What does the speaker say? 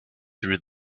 through